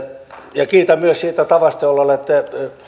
kiitän myös siitä tavasta jolla olette